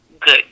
good